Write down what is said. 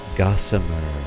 gossamer